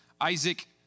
Isaac